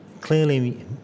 Clearly